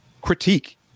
critique